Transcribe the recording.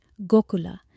Gokula